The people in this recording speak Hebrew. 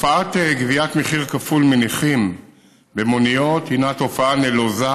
גביית מחיר כפול מנכים במוניות היא תופעה נלוזה,